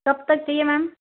कब तक चाहिए मैम